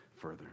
further